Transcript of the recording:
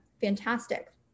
Fantastic